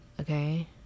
okay